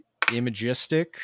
imagistic